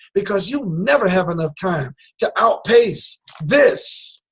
because you never have enough time to outpace this!